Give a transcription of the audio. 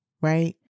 Right